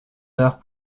tard